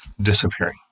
disappearing